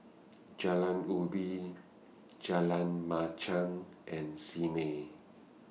Jalan Ubi Jalan Machang and Simei